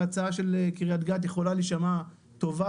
ההצעה של קריית גת יכולה להישמע טובה,